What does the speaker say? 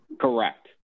Correct